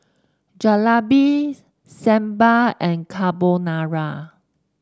Jalebi Sambar and Carbonara